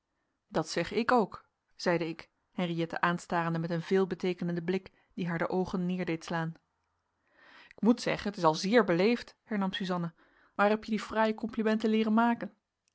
dat zeg ik ook zeide ik henriëtte aanstarende met een veelbeteekenenden blik die haar de oogen neer deed slaan ik moet zeggen t is al zeer beleefd hernam suzanna waar heb je die fraaie complimenten leeren maken